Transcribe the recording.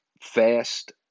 fast